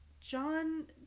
John